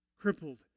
crippled